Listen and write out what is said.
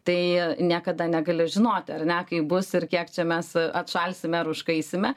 tai niekada negali žinoti ar ne kaip bus ir kiek čia mes atšalsime ar užkaisime